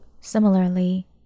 similarly